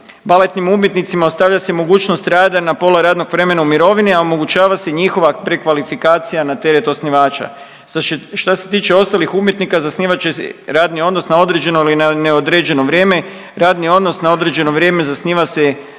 Baletnim umjetnicima ostavlja se mogućnost rada na pola radnog vremena u mirovini, a omogućava se njihova prekvalifikacija na teret osnivača. Šta se tiče ostalih umjetnika zasnivat će se radni odnos na određeno ili na neodređeno vrijeme. Radni odnos na određeno vrijeme zasniva se za